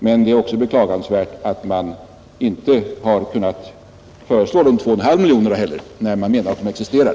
Men det är också beklagligt att man inte heller har kunnat föreslå de 2,5 miljoner kronorna, fastän man ändå menar att de existerar.